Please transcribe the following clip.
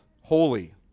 holy